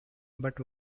but